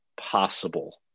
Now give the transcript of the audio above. possible